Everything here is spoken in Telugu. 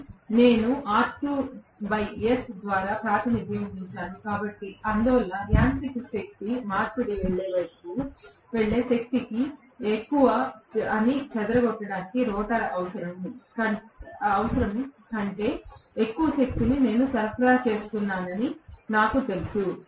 కానీ నేను R2s ద్వారా ప్రాతినిధ్యం వహించాను అందువల్ల యాంత్రిక శక్తి మార్పిడి వైపు వెళ్లే శక్తి ఎక్కువ అని చెదరగొట్టడానికి రోటర్ అవసరం కంటే ఎక్కువ శక్తిని నేను సరఫరా చేస్తున్నానని నాకు తెలుసు